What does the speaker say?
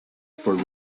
for